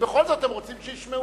ובכל זאת הם רוצים שישמעו אותם.